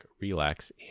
relax